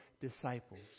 disciples